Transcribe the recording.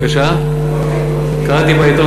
לא רשמי,